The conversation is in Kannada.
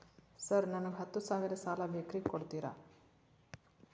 ಸರ್ ನನಗ ಹತ್ತು ಸಾವಿರ ಸಾಲ ಬೇಕ್ರಿ ಕೊಡುತ್ತೇರಾ?